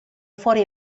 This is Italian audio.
fuori